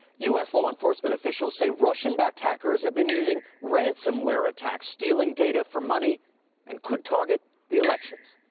u s. law enforcement officials say russian backed hackers have been using ransom ware attacks and stealing data for money and could target the election.